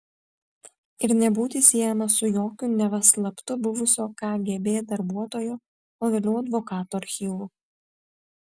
ir nebūti siejamas su jokiu neva slaptu buvusio kgb darbuotojo o vėliau advokato archyvu